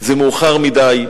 זה מאוחר מדי,